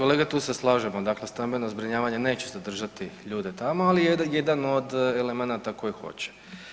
Da kolega tu se slažemo, dakle stambeno zbrinjavanje neće zadržati ljude tamo ali je jedan od elemenata koji hoće.